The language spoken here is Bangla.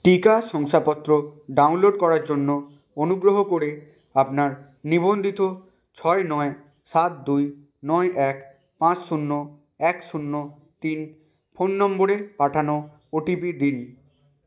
টিকা শংসাপত্র ডাউনলোড করার জন্য অনুগ্রহ করে আপনার নিবন্ধিত ছয় নয় সাত দুই নয় এক পাঁচ শূন্য এক শূন্য তিন ফোন নম্বরে পাঠানো ওটিপি দিন